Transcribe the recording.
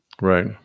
Right